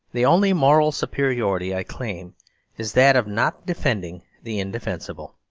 the only moral superiority i claim is that of not defending the indefensible.